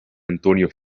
antonio